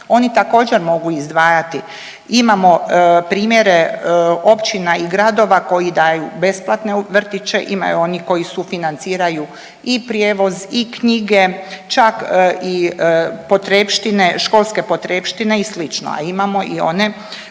oni također mogu izdvajati. Imamo primjere općina i gradova koji daju besplatne vrtiće, imaju oni koji sufinanciraju i prijevoz i knjige, čak i potrepštine, školske potrepštine i slično, a imamo i one